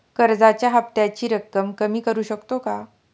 कर्जाच्या हफ्त्याची रक्कम कमी करू शकतो का?